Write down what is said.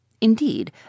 Indeed